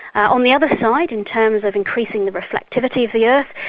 on the other side, in terms of increasing the reflectivity of the earth,